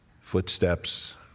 Footsteps